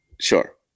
Sure